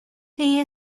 quem